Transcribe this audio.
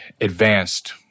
advanced